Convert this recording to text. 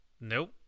Nope